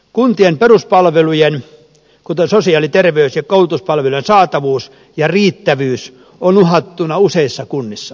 kuntien peruspalvelujen kuten sosiaali terveys ja koulutuspalvelujen saatavuus ja riittävyys on uhattuna useissa kunnissa